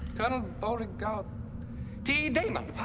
kind of beauregard t. damon.